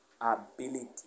ability